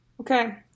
Okay